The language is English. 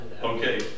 Okay